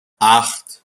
acht